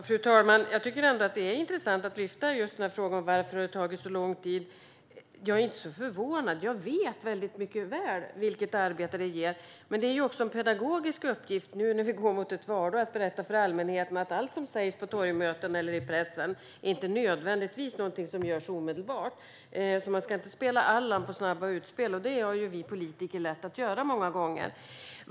Fru talman! Jag tycker att det är intressant att lyfta upp frågan varför det har tagit så lång tid. Jag är inte så förvånad. Jag vet mycket väl vilket arbete det ger, men det är en pedagogisk uppgift nu när vi går mot ett valår att berätta för allmänheten att allt som sägs på torgmöten och i pressen inte nödvändigtvis är något som görs omedelbart. Man ska inte spela Allan med snabba utspel, vilket vi politiker har lätt för att göra många gånger.